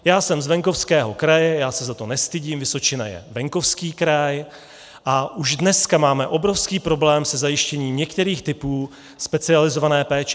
Já jsem z venkovského kraje, já se za to nestydím, Vysočina je venkovský kraj a už dneska máme obrovský problém se zajištěním některých typů specializované péče.